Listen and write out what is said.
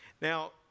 Now